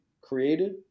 created